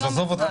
אז עזוב אותך.